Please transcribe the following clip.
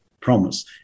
promise